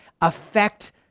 affect